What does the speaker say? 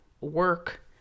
work